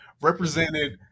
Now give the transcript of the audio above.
represented